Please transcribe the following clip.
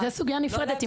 זו סוגיה נפרדת.